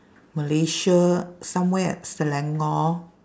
malaysia somewhere at selangor